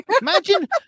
imagine